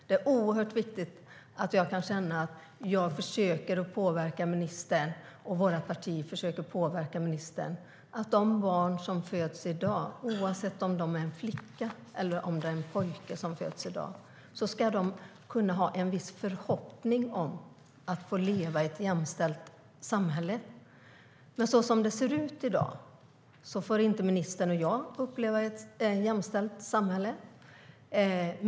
Det är oerhört viktigt att jag kan känna att jag och vårt parti försöker påverka ministern så att de barn som föds i dag, oavsett om de är flickor eller pojkar, ska kunna ha en viss förhoppning om att få leva i ett jämställt samhälle. Som det ser ut i dag får ministern och jag inte uppleva ett jämställt samhälle.